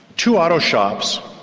two auto shops,